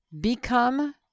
become